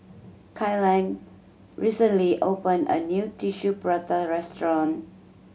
Kyleigh recently opened a new Tissue Prata restaurant